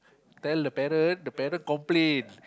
tell the parent the parent complain